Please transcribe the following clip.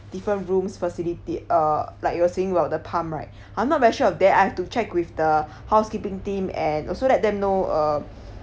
different rooms facility uh like you were saying while the pump right I'm not very sure of that I have to check with the housekeeping team and also let them know uh